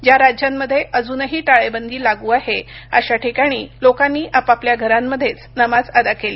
ज्या राज्यांमध्ये अजूनही टाळेबंदी लागू आहे अशा ठिकाणी लोकांनी आपाल्या घरांमध्येच नमाज अदा केली